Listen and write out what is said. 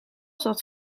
zat